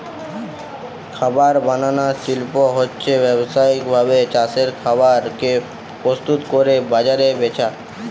খাবার বানানার শিল্প হচ্ছে ব্যাবসায়িক ভাবে চাষের খাবার কে প্রস্তুত কোরে বাজারে বেচা